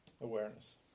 Awareness